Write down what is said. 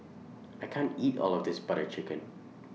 I can't eat All of This Butter Chicken